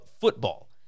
football